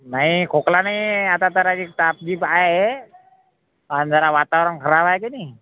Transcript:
नाही खोकला नाही आता तर हे ताप बीप आहे आणि जरा वातावरण खराब आहे की नाही